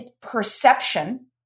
perception